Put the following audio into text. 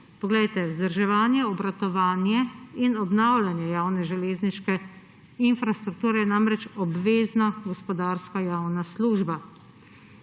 Poglejte, za vzdrževanje, obratovanje in obnavljanje javne železniške infrastrukture je namreč obvezna gospodarska javna služba.